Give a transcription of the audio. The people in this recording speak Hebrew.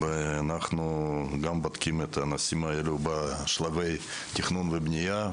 ואנחנו בודקים את הנושאים האלה בשלבי התכנון והבנייה.